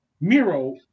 Miro